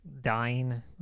dying